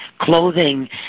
clothing